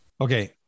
Okay